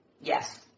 Yes